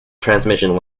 transmission